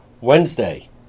Wednesday